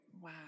Wow